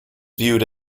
viewed